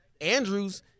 Andrews